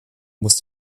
muss